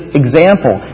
example